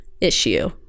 issue